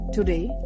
Today